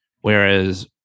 Whereas